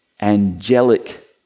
angelic